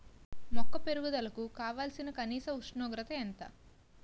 మొక్క పెరుగుదలకు కావాల్సిన కనీస ఉష్ణోగ్రత ఎంత?